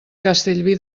castellví